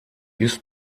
ist